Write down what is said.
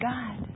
God